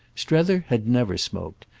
strether had never smoked,